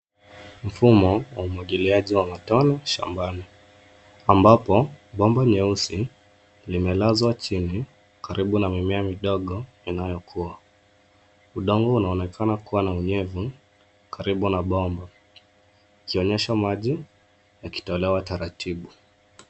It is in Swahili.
Mfumo kwa umwagiliaji wa matone shambani, ambapo bomba nyeusi limelazwa chini karibu na mimea midogo inayokua. Udongo unaonekana kuwa na unyevu karibu na bomba, ikionyesha maji yakitolewa taratibu.